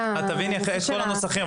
הנושא של --- את תביני את כל הנוסחים,